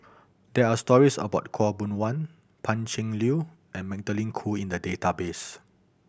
there are stories about Khaw Boon Wan Pan Cheng Lui and Magdalene Khoo in the database